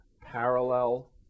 parallel